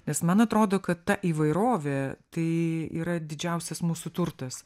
nes man atrodo kad ta įvairovė tai yra didžiausias mūsų turtas